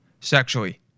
sexually